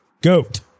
Goat